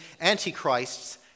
Antichrists